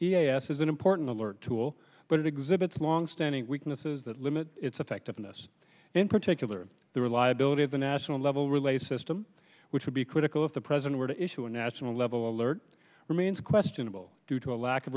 s is an important alert tool but it exhibits longstanding weaknesses that limit its effectiveness in particular the reliability of the national level relay system which would be critical if the president were to issue a national level alert remains questionable due to a lack of